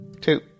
two